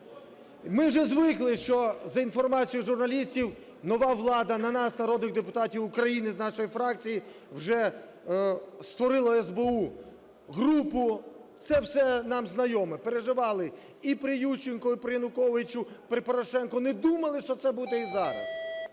Ми вже звикли, що за інформацією журналістів нова влада на нас, народних депутатів України з нашої фракції, вже створила СБУ групу, це все нам знайоме. Переживали і при Ющенку, і при Януковичу, при Порошенку, не думали, що це буде і зараз.